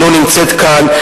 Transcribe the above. לא נמצאת כאן.